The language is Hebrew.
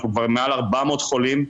אנחנו כבר מעל 400 חולים,